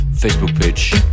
Facebook-Page